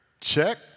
check